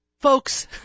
Folks